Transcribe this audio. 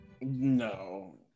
No